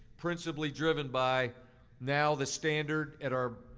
principally driven by now the standard at our